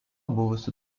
buvusių